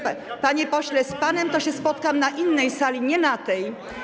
Panie pośle, z panem to się spotkam na innej sali, nie na tej.